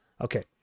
Okay